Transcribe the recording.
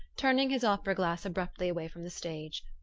turning his opera-glass abruptly away from the stage.